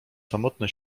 samotny